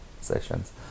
sessions